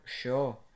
sure